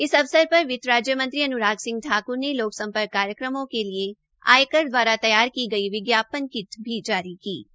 इस अवसर पर वित्तमंत्री अनुराग सिंह ठाकुर ने लोक सम्पर्क कार्यक्रमों के लिये आयकर दवारा तैयार की गई विज्ञापन किट जारी की गई